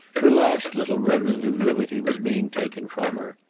her last little remnant of liberty was being taken from her.